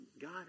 God